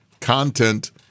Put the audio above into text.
content